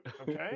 okay